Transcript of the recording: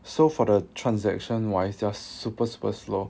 so for the transaction wise they're super super slow